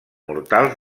mortals